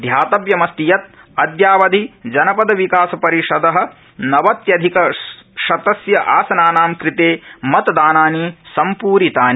ध्यातव्यमस्ति यत् अद्यावधि जनपद विकास परिषदः नवत्यधिक शतस्य आसनानां कृते मतदानानि सम्पूरितानि